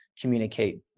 communicate